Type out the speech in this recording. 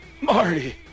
Marty